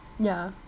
ya